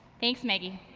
thanks, meggy.